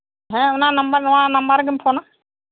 ᱦᱮᱸ ᱚᱱᱟ ᱱᱟᱢᱵᱟᱨ ᱱᱚᱣᱟ ᱱᱟᱢᱵᱟᱨ ᱨᱮᱜᱮᱢ ᱯᱷᱳᱱᱟ